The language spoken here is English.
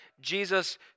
Jesus